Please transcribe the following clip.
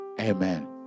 Amen